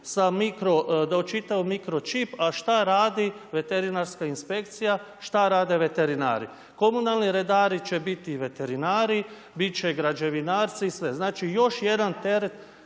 da očitaju mikročip, a šta radi veterinarska inspekcija? Šta rade veterinari? Komunalni redari će biti veterinari, biti će građevinarci i sve. Znači još jedan teret